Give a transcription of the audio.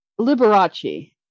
Liberace